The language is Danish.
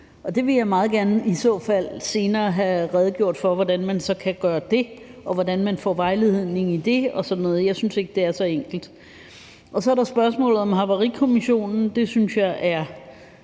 så fald meget gerne senere have redegjort for hvordan man kan gøre og hvordan man kan få vejledning i og sådan noget. Jeg synes ikke, det er så enkelt. Så er der spørgsmålet om Havarikommissionen. Jeg synes, det er